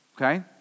okay